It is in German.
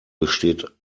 besteht